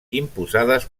imposades